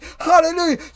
hallelujah